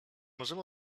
możemy